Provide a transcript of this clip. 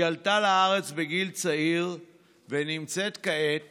היא עלתה לארץ בגיל צעיר ונמצאת כעת